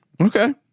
Okay